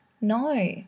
No